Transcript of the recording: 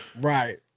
right